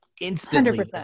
instantly